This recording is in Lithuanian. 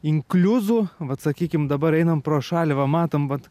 inkliuzų vat sakykim dabar einam pro šalį va matom vat